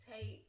take